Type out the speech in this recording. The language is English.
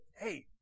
hey